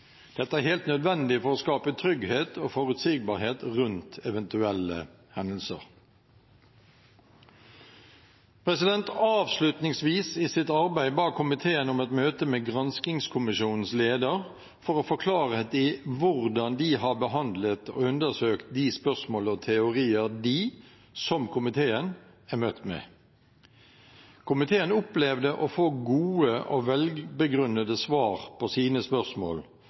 Dette er helt nødvendig for å skape trygghet og forutsigbarhet rundt eventuelle hendelser. Avslutningsvis i sitt arbeid ba komiteen om et møte med granskingskommisjonens leder for å få klarhet i hvordan de har behandlet og undersøkt de spørsmål og teorier de, som komiteen, er møtt med. Komiteen opplevde å få gode og velbegrunnede svar på sine spørsmål